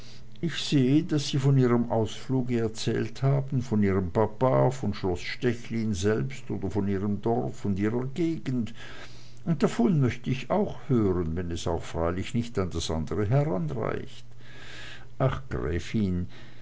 ich sehe daß sie von ihrem ausfluge erzählt haben von ihrem papa von schloß stechlin selbst oder von ihrem dorf und ihrer gegend und davon möcht ich auch hören wenn es auch freilich nicht an das andre heranreicht ach gräfin